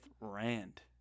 Rand